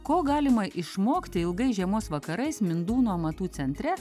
ko galima išmokti ilgais žiemos vakarais mindūnų amatų centre